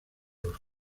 los